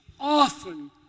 often